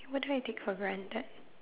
what do I take for granted